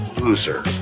loser